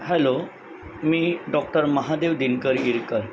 hello मी doctor Mahadev Denkar Irkar